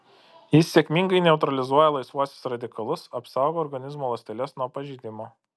jis sėkmingai neutralizuoja laisvuosius radikalus apsaugo organizmo ląsteles nuo pažeidimo